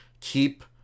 keep